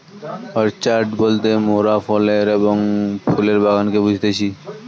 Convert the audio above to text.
orchard বলতে মোরাফলের এবং ফুলের বাগানকে বুঝতেছি